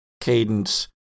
Cadence